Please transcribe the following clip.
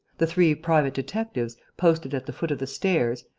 the three private detectives, posted at the foot of the stairs,